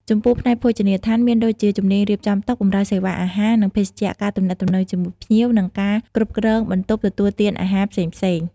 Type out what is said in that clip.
ចំពោះ ផ្នែកភោជនីយដ្ឋាន មានដូចជាជំនាញរៀបចំតុ បម្រើសេវាអាហារ និងភេសជ្ជៈ ការទំនាក់ទំនងជាមួយភ្ញៀវ និងការគ្រប់គ្រងបន្ទប់ទទួលទានអាហារផ្សេងៗ។